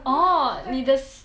orh 你的